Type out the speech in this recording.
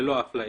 וללא אפליה.